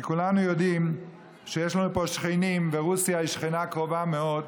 כי כולנו יודעים שיש לנו פה שכנים, ף ורוסיה היא שכנה קרובה מאוד,